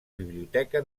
biblioteca